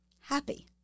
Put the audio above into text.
happy